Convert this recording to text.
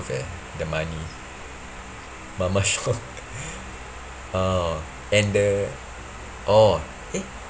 eh the money mamak shop oh and the oh eh